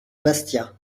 bastia